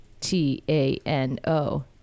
T-A-N-O